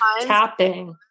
Tapping